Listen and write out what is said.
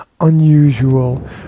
unusual